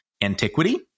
Antiquity